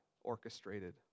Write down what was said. orchestrated